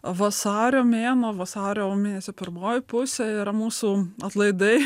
vasario mėnuo vasario mėnesio pirmoji pusė yra mūsų atlaidai